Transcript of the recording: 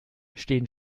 stehen